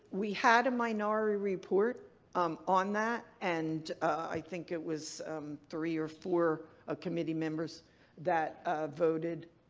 we had a minority report um on that and i think it was three or four ah committee members that voted.